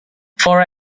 for